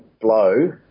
Blow